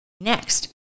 Next